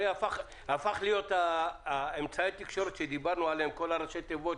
הרי אמצעי התקשורת שדיברנו עליהם קודם,